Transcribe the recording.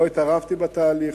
לא התערבתי בתהליך,